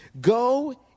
go